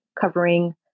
covering